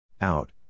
Out